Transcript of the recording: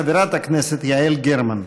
חברת הכנסת יעל גרמן.